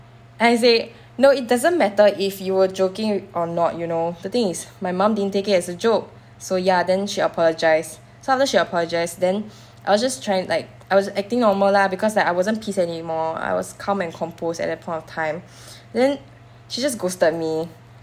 then I say no it doesn't matter if you were joking or not you know the thing is my mum didn't take it as a joke so ya then she apologise so after she apologise then I was just trying like I was acting normal lah because like I wasn't piss anymore I was calm and composed at that point of time then she just ghosted to me